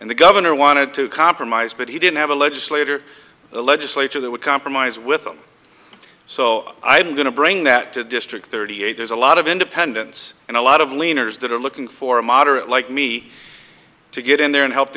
and the governor wanted to compromise but he didn't have a legislator legislature that would compromise with them so i'm going to bring that to district thirty eight there's a lot of independents and a lot of leaners that are looking for a moderate like me to get in there and help